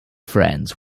friends